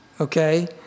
okay